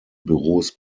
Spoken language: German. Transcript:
büros